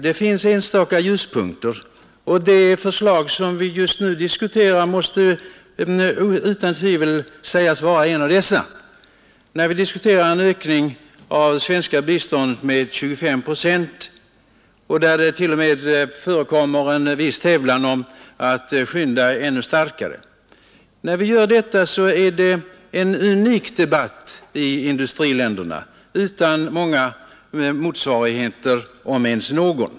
Det finns enstaka ljuspunkter, och det förslag som vi just nu debatterar måste utan tvivel sägas vara en av dessa. När vi diskuterar en ökning av det svenska biståndet med 25 procent — och det förekommer t.o.m. en viss tävlan om snabbheten — är det en unik debatt i industriländerna, en debatt utan många motsvarigheter om ens någon.